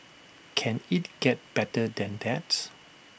can IT get better than that